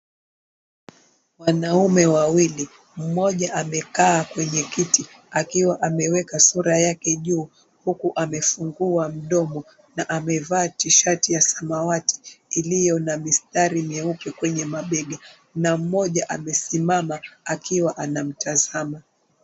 Wanaume wawili. Mmoja amekaa kwenye kiti akiwa ameweka sura yake juu huku amefungua mdomo na ameva tishati ya samawati iliyo na mistari mieupe kwenye mabega na mmoja amesimama akiwa anamtazama.